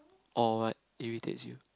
or what irritates you